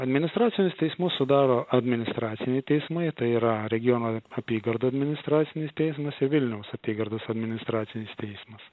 administracinius teismus sudaro administraciniai teismai tai yra regionų apygardų administracinis teismas ir vilniaus apygardos administracinis teismas